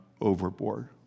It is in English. overboard